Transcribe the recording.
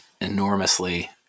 enormously